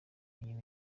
inyuma